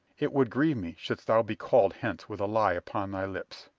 it would grieve me shouldst thou be called hence with a lie upon thy lips.